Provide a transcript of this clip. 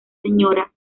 sra